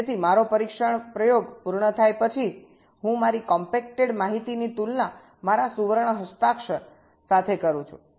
તેથી મારો પરીક્ષણ પ્રયોગ પૂર્ણ થયા પછી હું મારી કોમ્પેક્ટેડ માહિતીની તુલના મારા સુવર્ણ સિગ્નેચર સાથે કરું છું